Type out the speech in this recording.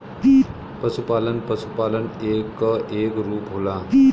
पसुपालन पसुपालन क एक रूप होला